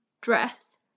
dress